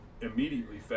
immediately